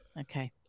Okay